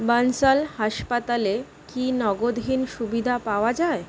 বন্সল হাসপাতালে কি নগদহীন সুবিধা পাওয়া যায়